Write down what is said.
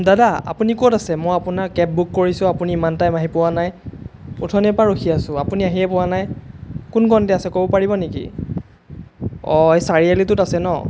দাদা আপুনি ক'ত আছে মই আপোনাৰ কেব বুক কৰিছোঁ আপুনি ইমান টাইম আহি পোৱা নাই অথনিৰ পৰা ৰখি আছোঁ আপুনি আহিয়ে পোৱা নাই কোন কণতে আছে ক'ব পাৰিব নেকি অঁ এই চাৰিআলিটোত আছে নহ্